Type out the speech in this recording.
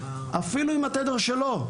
אפילו עם התדר שלו,